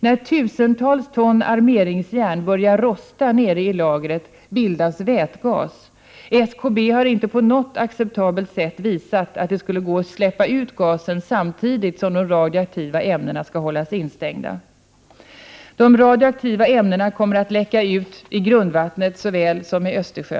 — När tusentals ton armeringsjärn börjar rosta nere i lagret bildas vätgas. SKB har inte på något acceptabelt sätt visat att det skulle gå att släppa ut gasen samtidigt som de radioaktiva ämnena skall hållas instängda. — De radioaktiva ämnena kommer att läcka ut i såväl grundvattnet som Östersjön.